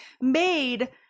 made